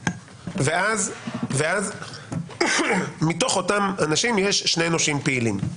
ואז מתוך אותם אנשים יש שני נושים פעילים.